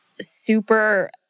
super